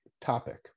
topic